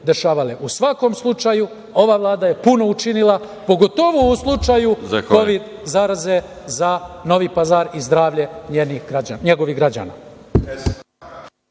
svakom slučaju, ova Vlada je puno učinila, pogotovo u slučaju kovid zaraze za Novi Pazar i zdravlje njegovih građana.